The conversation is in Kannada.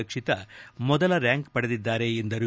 ರಕ್ಷಿತ ಮೊದಲ ಕ್ಯಾಂಕ್ ಪಡೆದಿದ್ದಾರೆ ಎಂದರು